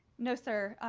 no, sir.